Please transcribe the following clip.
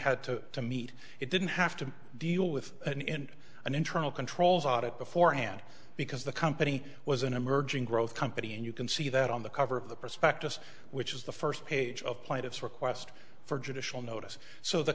had to to meet it didn't have to deal with an end an internal controls audit beforehand because the company was an emerging growth company and you can see that on the cover of the prospectus which is the first page of plaintiff's request for judicial notice so the